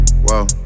whoa